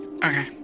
Okay